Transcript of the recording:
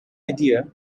idea